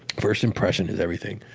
first impression is everything.